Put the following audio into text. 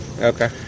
Okay